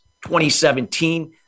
2017